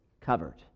covered